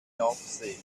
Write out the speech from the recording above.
nordsee